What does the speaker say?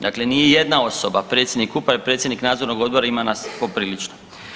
Dakle, nije jedna osoba predsjednik uprave, predsjednik nadzornog odbora, ima nas poprilično.